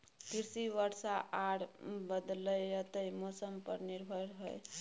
कृषि वर्षा आर बदलयत मौसम पर निर्भर हय